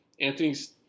Anthony's